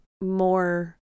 more